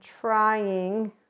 trying